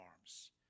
arms